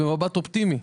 אופטימי.